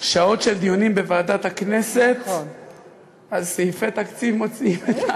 שעות של דיונים בוועדת הכנסת על סעיפי תקציב מוציאים את,